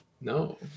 No